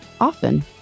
often